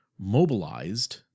mobilized